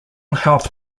health